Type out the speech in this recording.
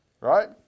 right